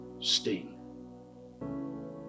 sting